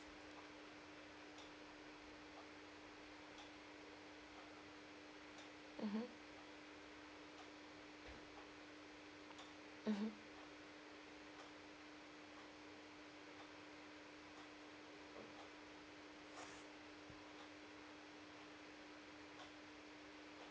mmhmm mmhmm